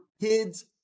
kids